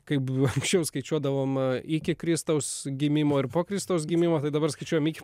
kaip anksčiau skaičiuodavom iki kristaus gimimo ir po kristaus gimimo tai dabar skaičiuojam iki